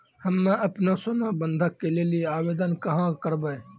हम्मे आपनौ सोना बंधन के लेली आवेदन कहाँ करवै?